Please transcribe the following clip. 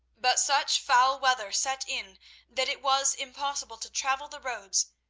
but such foul weather set in that it was impossible to travel the roads,